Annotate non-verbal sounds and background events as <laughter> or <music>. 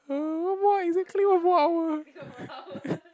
<noise> why is it four hour <laughs>